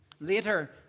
Later